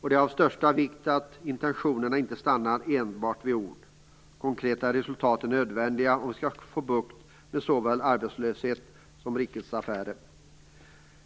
och det är av största vikt att intentionerna inte stannar enbart vid ord. Konkreta resultat är nödvändiga om vi skall få bukt med såväl arbetslöshet som rikets affärer.